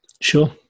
Sure